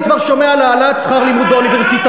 אני כבר שומע על העלאת שכר לימוד באוניברסיטאות.